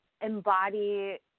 embody